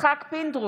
יצחק פינדרוס,